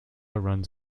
runs